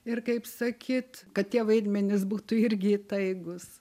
ir kaip sakyt kad tie vaidmenys būtų irgi įtaigūs